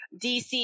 dc